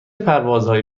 پروازهایی